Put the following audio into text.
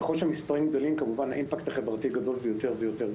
ככל שהמספרים גדלים כמובן האימפקט החברתי גדל הרבה יותר.